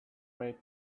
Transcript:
made